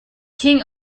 king